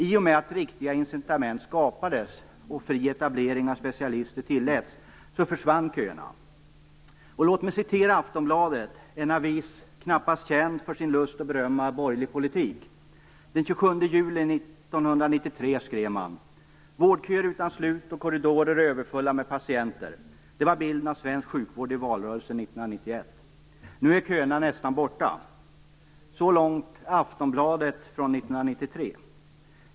I och med att riktiga incitament skapades och fri etablering av specialister tilläts så försvann köerna. Låt mig citera Aftonbladet; en avis knappast känd för sin lust att berömma borgerlig politik. Den 27 juli 1993 skrev man: Vårdköer utan slut och korridorer överfulla med patienter - det var bilden av svensk sjukvård i valrörelsen 1991. Nu är köerna nästan borta. Så långt Aftonbladet från 1993.